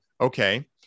okay